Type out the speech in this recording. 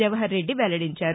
జవహర్రెడ్డి వెల్లడించారు